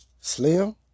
Slim